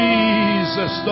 Jesus